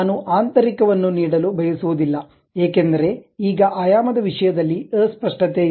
ನಾನು ಆಂತರಿಕವನ್ನು ನೀಡಲು ಬಯಸುವುದಿಲ್ಲ ಏಕೆಂದರೆ ಈಗ ಆಯಾಮದ ವಿಷಯದಲ್ಲಿ ಅಸ್ಪಷ್ಟತೆಯಿದೆ